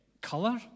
color